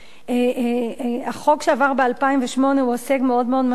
החוק שעבר ב-2008 הוא הישג מאוד-מאוד משמעותי,